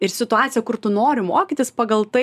ir situaciją kur tu nori mokytis pagal tai